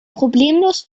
problemlos